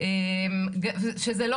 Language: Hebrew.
אלה שצריכות